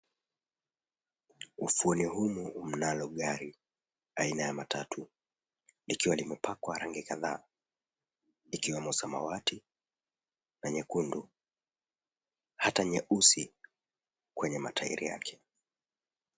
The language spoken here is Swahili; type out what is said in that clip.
Ufuoni humu mnalo gari aina ya matatu likiwa limepakwa rangi kadhaa, ikiwemo samawati na nyekundu, hata nyeusi kwenye matairi yake.